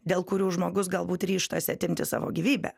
dėl kurių žmogus galbūt ryžtasi atimti savo gyvybę